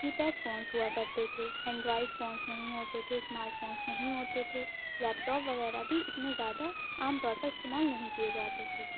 کی paid phones ہوا کرتے تھے انڈرائڈ فونس نہیں ہوتے تھے اسمارٹ فونس نہیں ہوتے تھے لیپ ٹاپ وغیرہ بھی اتنے زیادہ عام طور پر استعمال نہیں کیے جاتے تھے